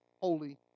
holy